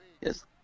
Yes